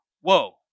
whoa